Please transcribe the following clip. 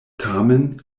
tamen